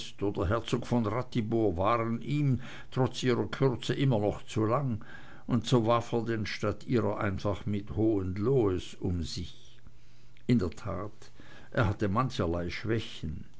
herzog von ratibor waren ihm trotz ihrer kürze immer noch zu lang und so warf er denn statt ihrer einfach mit hohenlohes um sich in der tat er hatte mancherlei schwächen